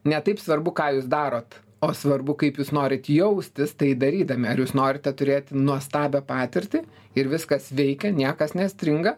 ne taip svarbu ką jūs darot o svarbu kaip jūs norit jaustis tai darydami ar jūs norite turėti nuostabią patirtį ir viskas veikia niekas nestringa